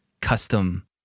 custom